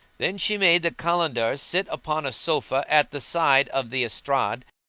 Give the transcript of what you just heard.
then she made the kalandars sit upon a sofa at the side of the estrade,